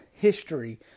history